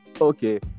Okay